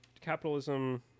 capitalism